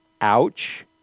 ouch